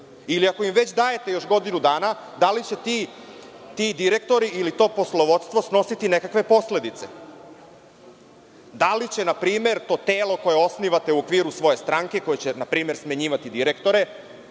Ili, ako im već dajete još godinu dana, da li će ti direktori, ili to poslovodstvo, snositi nekakve posledice? Da li će, na primer, to telo koje osnivate u okviru svoje stranke koje će, na primer, smenjivati direktore,